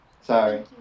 Sorry